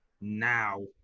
now